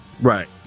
Right